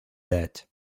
that